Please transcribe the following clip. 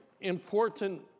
important